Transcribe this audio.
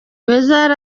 weasal